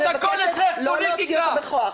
אני מבקשת, לא להוציא אותו בכוח.